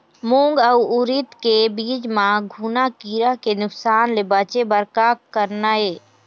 मूंग अउ उरीद के बीज म घुना किरा के नुकसान ले बचे बर का करना ये?